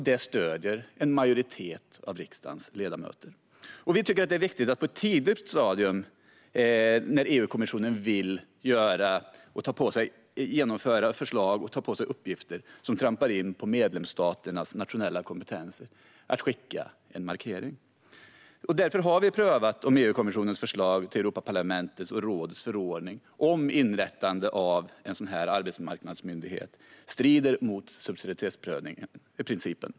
Det stöds av en majoritet av riksdagens ledamöter. Vi tycker att det är viktigt att skicka en markering på ett tidigt stadium när EU-kommissionen vill genomföra förslag och ta på sig uppgifter som trampar in på medlemsstaternas nationella kompetenser. Därför har vi prövat om EU-kommissionens förslag till Europaparlamentets och rådets förordning om inrättande av en arbetsmarknadsmyndighet strider mot subsidiaritetsprincipen.